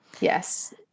Yes